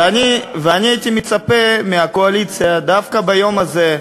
ואני הייתי מצפה מהקואליציה, דווקא ביום הזה,